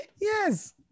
yes